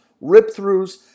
rip-throughs